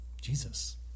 Jesus